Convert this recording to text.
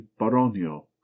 Baronio